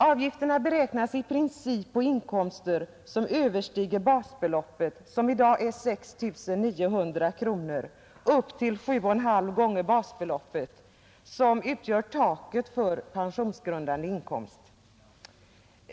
Avgifterna beräknas i princip på inkomster, som överstiger basbeloppet, som i dag är 6 900 kronor, upp till 7,5 gånger basbeloppet, som utgör taket för pensionsgrundande inkomst.